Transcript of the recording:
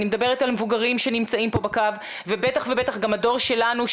אני מדברת על המבוגרים שנמצאים פה בקו ובטח ובטח גם הדור שלנו.